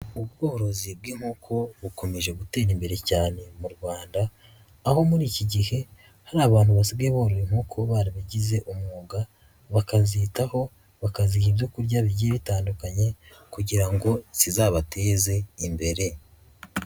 Ubworozi bw'inkoko bukomeje gutera imbere cyane mu Rwanda aho muri iki gihe hari abantu basigaye borora inkoko kuba barabigize umwuga, bakazitaho bakaziha ibyo kurya bigiye bitandukanye kugira ngo zizabateze imbere.